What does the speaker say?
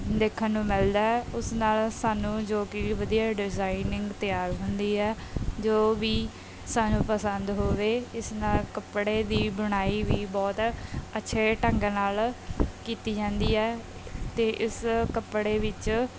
ਦੇਖਣ ਨੂੰ ਮਿਲਦਾ ਹੈ ਉਸ ਨਾਲ ਸਾਨੂੰ ਜੋ ਕਿ ਵਧੀਆ ਡਿਜ਼ਾਈਨਿੰਗ ਤਿਆਰ ਹੁੰਦੀ ਹੈ ਜੋ ਵੀ ਸਾਨੂੰ ਪਸੰਦ ਹੋਵੇ ਇਸ ਨਾਲ ਕੱਪੜੇ ਦੀ ਬੁਣਾਈ ਵੀ ਬਹੁਤ ਅੱਛੇ ਢੰਗ ਨਾਲ ਕੀਤੀ ਜਾਂਦੀ ਹੈ ਅਤੇ ਇਸ ਕੱਪੜੇ ਵਿੱਚ